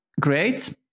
Great